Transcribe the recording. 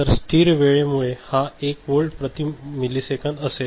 तर स्थिर वेळेमुळे हा 1 वोल्ट प्रति मिलिसेकंद असेल